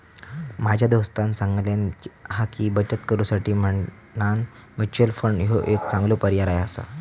माझ्या दोस्तानं सांगल्यान हा की, बचत करुसाठी म्हणान म्युच्युअल फंड ह्यो एक चांगलो पर्याय आसा